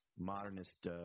modernist